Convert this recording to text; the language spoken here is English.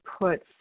put